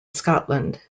scotland